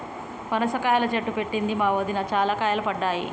పనస కాయల చెట్టు పెట్టింది మా వదిన, చాల కాయలు పడ్డాయి